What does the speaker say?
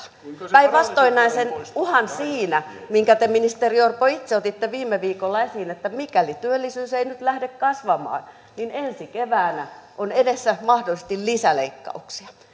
päinvastoin näen sen uhan siinä minkä te ministeri orpo itse otitte viime viikolla esiin että mikäli työllisyys ei nyt lähde kasvamaan niin ensi keväänä on edessä mahdollisesti lisäleikkauksia